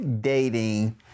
dating